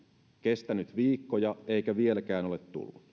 kestänyt viikkoja eikä vieläkään ole tullut